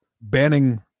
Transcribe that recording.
banning